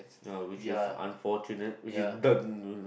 uh which is unfortunate which is